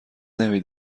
نمی